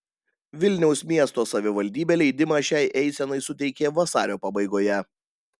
vilniaus miesto savivaldybė leidimą šiai eisenai suteikė vasario pabaigoje